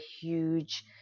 huge